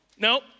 No